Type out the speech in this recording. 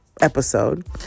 episode